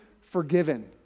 forgiven